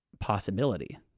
possibility